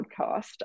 podcast